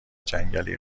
جنگلی